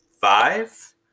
five